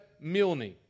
Milne